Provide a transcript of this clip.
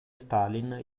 stalin